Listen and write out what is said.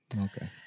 Okay